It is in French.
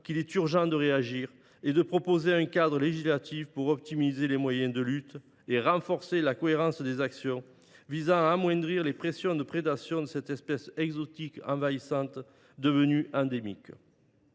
qu’il est urgent de réagir et de proposer un cadre législatif pour optimiser les moyens de lutte et renforcer la cohérence des actions visant à amoindrir les pressions de prédation de cette espèce exotique envahissante devenue endémique.